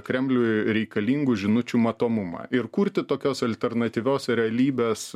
kremliui reikalingų žinučių matomumą ir kurti tokios alternatyvios realybės